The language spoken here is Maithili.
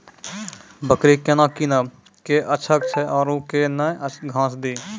बकरी केना कीनब केअचछ छ औरू के न घास दी?